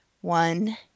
One